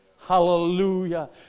Hallelujah